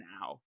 now